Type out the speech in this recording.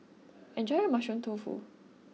enjoy your Mushroom Tofu